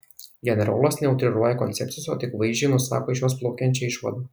generolas neutriruoja koncepcijos o tik vaizdžiai nusako iš jos plaukiančią išvadą